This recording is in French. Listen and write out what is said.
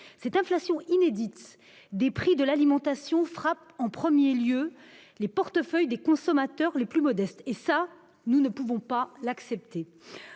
Cette inflation inédite des prix de l'alimentation frappe en premier lieu les portefeuilles des consommateurs les plus modestes, ce que nous ne pouvons accepter.